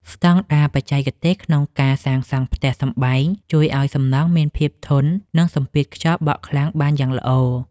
ស្តង់ដារបច្ចេកទេសក្នុងការសាងសង់ផ្ទះសម្បែងជួយឱ្យសំណង់មានភាពធន់នឹងសម្ពាធខ្យល់បក់ខ្លាំងបានយ៉ាងល្អ។